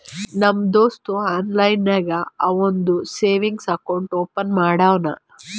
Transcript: ನಮ್ ದೋಸ್ತ ಆನ್ಲೈನ್ ನಾಗೆ ಅವಂದು ಸೇವಿಂಗ್ಸ್ ಅಕೌಂಟ್ ಓಪನ್ ಮಾಡುನೂ